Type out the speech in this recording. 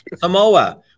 Samoa